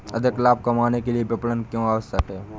अधिक लाभ कमाने के लिए विपणन क्यो आवश्यक है?